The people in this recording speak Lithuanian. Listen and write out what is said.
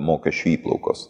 mokesčių įplaukos